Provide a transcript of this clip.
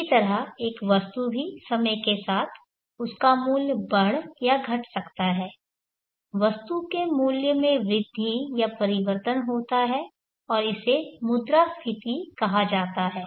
इसी तरह एक वस्तु भी समय के साथ उसका मूल्य बढ़ या घट सकता है वस्तु के मूल्य में वृद्धि या परिवर्तन होता है और इसे मुद्रास्फीति कहा जाता है